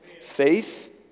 faith